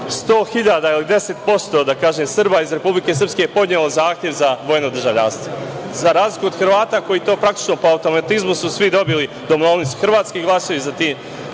100.000 ili 10%, da kažem, Srba iz Republike Srpske je podnelo zahtev za dvojno državljanstvo, za razliku od Hrvata koji to praktično po automatizmu su svi dobili, domovnicu, hrvatski glasovi na